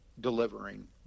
delivering